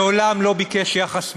מעולם לא ביקש יחס מועדף,